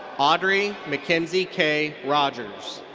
audrey mackenzie-kay rogers.